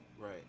Right